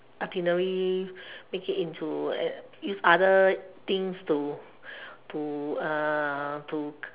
itinerary make it into uh use other things to to uh to